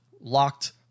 locked